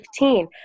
2015